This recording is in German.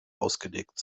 ausgelegt